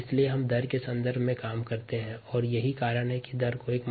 इसलिए हम दर के संदर्भ में गणना करते करते हैं